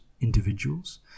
individuals